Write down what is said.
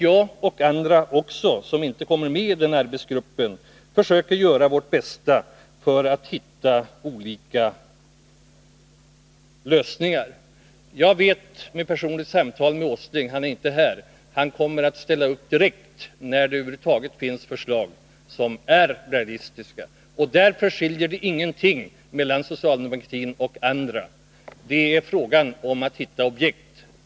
Jag och andra som inte kommer att vara med i den arbetsgruppen får dessutom göra vårt bästa för att hitta olika lösningar. Industriminister Åsling är inte här, men jag vet efter personligt samtal med honom att han kommer att ställa upp direkt, när det över huvud taget finns förslag som är realistiska. Därvidlag finns det ingenting som skiljer socialdemokraterna från oss andra, för vad det är fråga om är att hitta objekt.